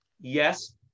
Yes